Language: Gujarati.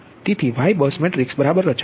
તેથી Y બસ મેટ્રિક્સ બરાબર રચાય છે